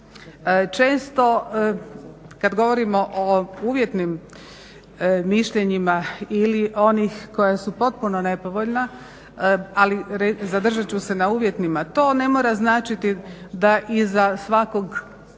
Često kad govorimo o uvjetnim mišljenjima ili onih koja su potpuno nepovoljna ali zadržati ću se na uvjetnima, to ne mora značiti da iza svakog